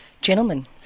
Gentlemen